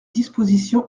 disposition